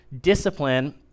discipline